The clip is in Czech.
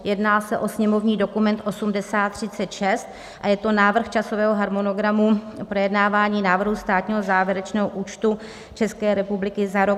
Jedná se o sněmovní dokument 8036 a je to návrh časového harmonogramu projednávání návrhu Státního závěrečného účtu České republiky za rok 2020.